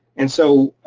and so,